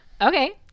okay